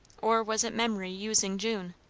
or was it memory using june?